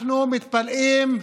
אנחנו מתפלאים,